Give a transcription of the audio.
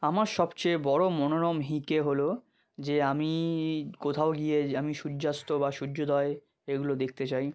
আমার সবচেয়ে বড় মনোরম হিঁকে হলো যে আমি কোথাও গিয়ে যে আমি সূর্যাস্ত বা সূর্যোদয় এগুলো দেখতে চাই